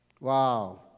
Wow